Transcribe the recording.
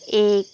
एक